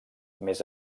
més